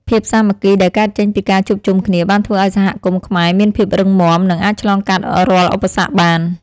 ភាពសាមគ្គីដែលកើតចេញពីការជួបជុំគ្នាបានធ្វើឱ្យសហគមន៍ខ្មែរមានភាពរឹងមាំ និងអាចឆ្លងកាត់រាល់ឧបសគ្គបាន។